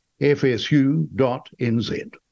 fsu.nz